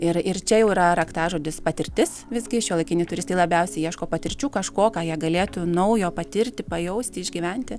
ir ir čia jau yra raktažodis patirtis visgi šiuolaikiniai turistai labiausiai ieško patirčių kažko ką jie galėtų naujo patirti pajausti išgyventi